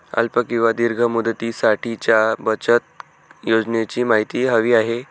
अल्प किंवा दीर्घ मुदतीसाठीच्या बचत योजनेची माहिती हवी आहे